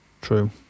True